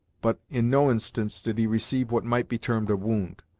but in no instance did he receive what might be termed a wound.